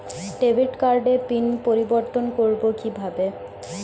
Debit কার্ডের pin পরিবর্তন করবো কীভাবে?